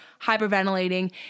hyperventilating